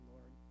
Lord